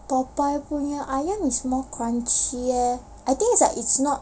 popeyes punya ayam is more crunchy eh I think it's like it's not